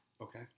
Okay